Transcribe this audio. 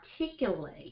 articulate